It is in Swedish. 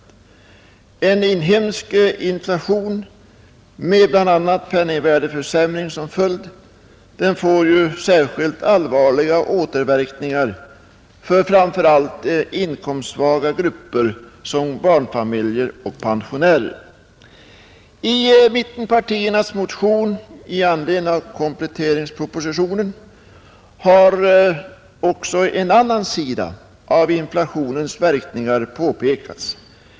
En inhemsk inflation med bl.a. penningvärdeförsämring som följd får ju särskilt allvarliga återverkningar för framför allt inkomstsvaga grupper såsom barnfamiljer och pensionärer. I mittenpartiernas motion i anledning av kompletteringspropositionen har också en annan sida av inflationens verkningar påpekats.